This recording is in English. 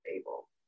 able